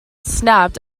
snapped